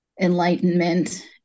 enlightenment